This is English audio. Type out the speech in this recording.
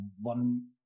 one